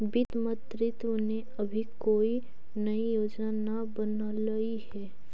वित्त मंत्रित्व ने अभी कोई नई योजना न बनलई हे